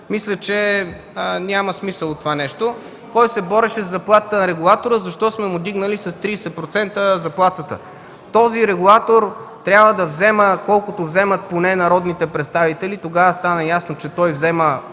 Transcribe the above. мисля, че няма смисъл от това нещо. Кой се бореше за заплатата на регулатора, защо сме му вдигнали с 30% заплатата? Този регулатор трябва да взема колкото вземат поне народните представители. Тогава стана ясно, че той взема